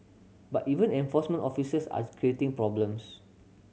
but even enforcement officers are creating problems